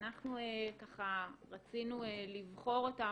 שאנחנו רצינו לבחור אותם,